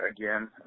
again